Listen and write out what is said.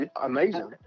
Amazing